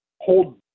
hold